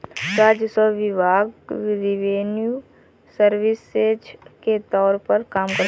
राजस्व विभाग revenue services के तौर पर काम करता है